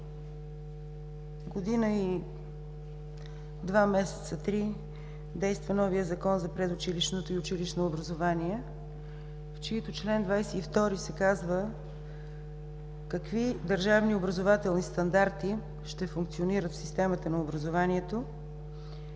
Година и два-три месеца действа новият Закон за предучилищното и училищно образование, в чийто чл. 22 се казва какви държавни образователни стандарти ще функционират в системата на образованието;